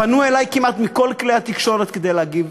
ופנו אלי כמעט מכל כלי התקשורת כדי שאגיב